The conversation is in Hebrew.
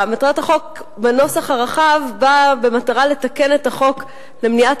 מטרת החוק בנוסח הרחב היא לתקן את החוק למניעת